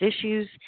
issues